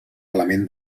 element